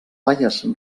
baies